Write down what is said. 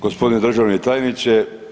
Gospodine državni tajniče.